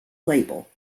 label